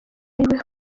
ariwe